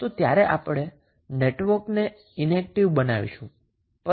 તો ત્યારે આપણે નેટવર્કને ઈનએક્ટીવ બનાવીશું